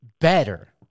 better